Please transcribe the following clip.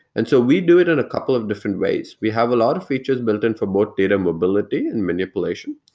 and so we do it in a couple of different ways. we have a lot of features built in for both data mobility and manipulation.